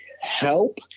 help